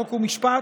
חוק ומשפט.